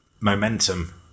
momentum